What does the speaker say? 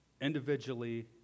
individually